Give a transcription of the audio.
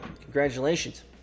Congratulations